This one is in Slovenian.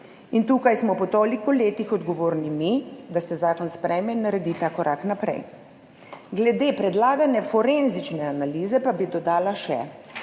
in tukaj smo po toliko letih odgovorni mi, da se zakon sprejme in naredi ta korak naprej. Glede predlagane forenzične analize pa bi dodala še,